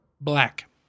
Black